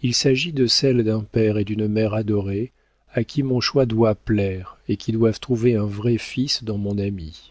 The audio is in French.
il s'agit de celle d'un père et d'une mère adorés à qui mon choix doit plaire et qui doivent trouver un vrai fils dans mon ami